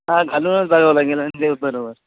हा घालूनच बघावं लागेल बरोबर